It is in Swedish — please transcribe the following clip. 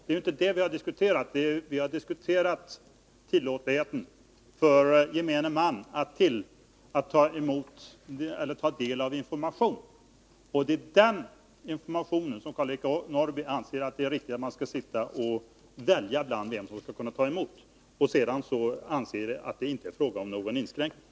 Det är inte det vi har diskuterat, utan det är tillåtligheten för gemene man att ta del avinformation. Karl-Eric Norrby anser det riktigt att man skall sitta och välja ut dem som skall få ta emot den informationen, och sedan säger han att det inte är fråga om någon inskränkning.